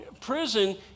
prison